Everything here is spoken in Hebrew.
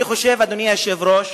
אני חושב, אדוני היושב-ראש,